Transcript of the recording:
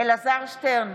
אלעזר שטרן,